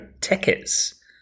tickets